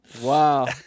Wow